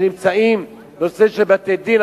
נושא של בתי-דין,